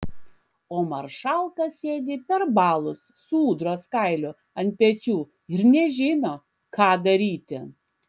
o maršalka sėdi perbalus su ūdros kailiu ant pečių ir nežino ką daryti